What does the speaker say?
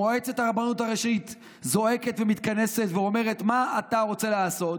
מועצת הרבנות הראשית זועקת ומתכנסת ואומרת: מה אתה רוצה לעשות?